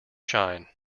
shine